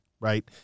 right